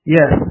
Yes